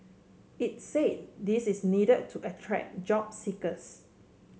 it say this is need to attract job seekers